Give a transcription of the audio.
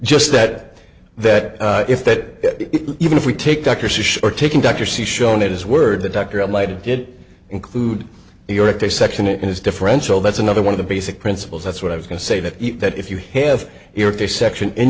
just that that if that even if we take doctors a short taking doctor see shown at his word the doctor alighted did include new york they section it in his differential that's another one of the basic principles that's what i was going to say that that if you have a section in